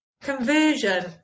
Conversion